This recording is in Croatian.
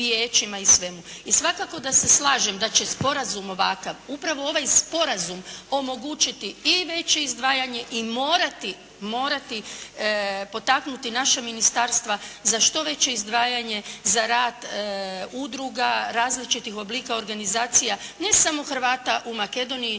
i svakako da slažem da će sporazum ovakav, upravo ovaj sporazum omogućiti i veće izdvajanje i morati potaknuti naša ministarstva za što veće izdvajanje za rad udruga, različitih oblika organizacija ne samo Hrvata u Makedoniji,